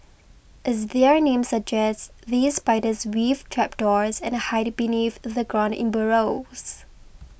as their name suggests these spiders weave trapdoors and hide beneath the ground in burrows